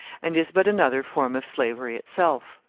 and is but another form of slavery itself.